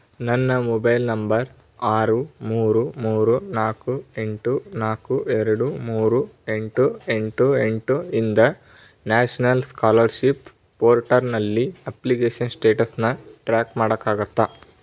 ನನ್ನ mobile number ಆರು ಮೂರು ಮೂರು ನಾಲ್ಕು ಎಂಟು ನಾಲ್ಕು ಎರಡು ಮೂರು ಎಂಟು ಎಂಟು ಎಂಟು ಇಂದ ನ್ಯಾಷ್ನಲ್ ಸ್ಕಾಲರ್ಷಿಪ್ ಪೋರ್ಟಲ್ನಲ್ಲಿ ಅಪ್ಲಿಕೇಷನ್ ಸ್ಟೇಟಸನ್ನು ಟ್ರ್ಯಾಕ್ ಮಾಡೋಕ್ಕಾಗತ್ತಾ